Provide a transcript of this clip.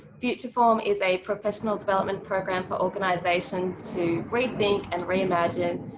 future form is a professional development program for organisations to rethink and reimagine,